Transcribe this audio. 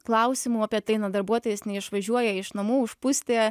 klausimų apie tai na darbuotojas neišvažiuoja iš namų užpustė